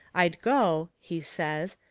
i'd go, he says,